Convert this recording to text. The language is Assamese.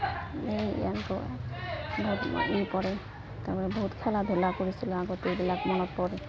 এই এইটো বহুত ই পৰে তাৰপৰা বহুত খেলা ধূলা কৰিছিলোঁ আগতে এইবিলাক মনত পৰে